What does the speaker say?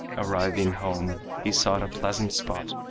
arriving home, he sought a pleasant spot,